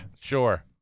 sure